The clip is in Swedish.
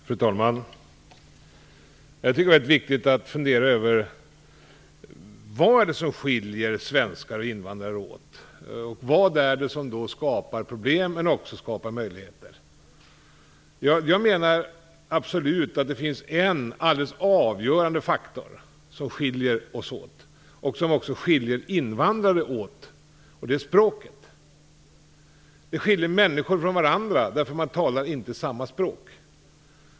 Fru talman! Det är viktigt att fundera över vad det är som skiljer svenskar och invandrare åt. Vad skapar problem och möjligheter? Jag menar att det finns en avgörande faktor som skiljer oss åt och som också skiljer invandrare åt. Det är språket. Det skiljer människor från varandra. Man talar inte samma språk.